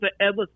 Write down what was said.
Forever